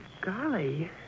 Golly